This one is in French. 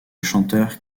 chanteur